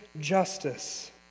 justice